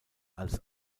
als